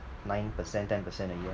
nine percent ten percent a year